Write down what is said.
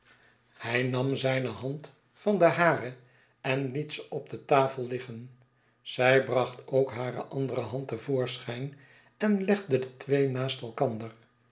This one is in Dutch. hij nam zijne hand van de hare en liet ze op de tafel liggen zij bracht ook hare andere hand te voorschijn en legde de twee naast elkander